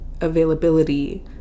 availability